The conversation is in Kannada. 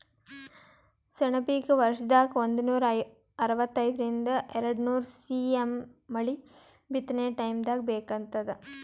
ಸೆಣಬಿಗ ವರ್ಷದಾಗ್ ಒಂದನೂರಾ ಅರವತ್ತರಿಂದ್ ಎರಡ್ನೂರ್ ಸಿ.ಎಮ್ ಮಳಿ ಬಿತ್ತನೆ ಟೈಮ್ದಾಗ್ ಬೇಕಾತ್ತದ